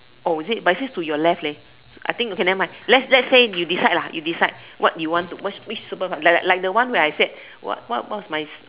oh is it but it says to your left leh I think okay never mind let's let's say you decide lah you decide what you want what which super power like like like the one where I said what what what's my